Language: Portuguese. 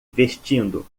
vestindo